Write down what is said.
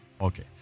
Okay